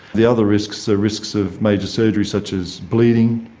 the other risks are risks of major surgery such as bleeding,